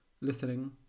listening